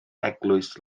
eglwys